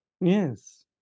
yes